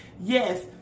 Yes